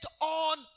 on